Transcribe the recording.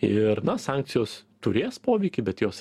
ir na sankcijos turės poveikį bet jos